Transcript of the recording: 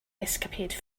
escapade